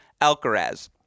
Alcaraz